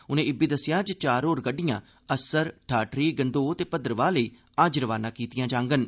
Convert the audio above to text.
उनें इब्बी दस्सेआ जे चार होर गड्डियां अस्सर ठाठरी गंदोह ते भद्रवाह लेई अज्ज रवाना कीतीआं जाङन